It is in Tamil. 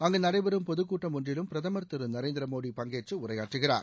அங்கு நடைபெறும் பொதுக் கூட்டம் ஒன்றிலும் பிரதமர் திரு நரேந்திர மோடி பங்கேற்று உரையாற்றுகிறார்